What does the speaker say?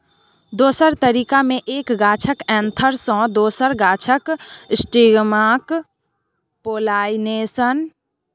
दोसर तरीका मे एक गाछक एन्थर सँ दोसर गाछक स्टिगमाक पोलाइनेशन